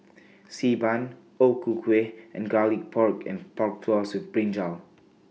Xi Ban O Ku Kueh and Garlic Pork and Pork Floss with Brinjal